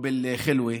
או אל-חילווה,